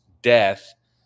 death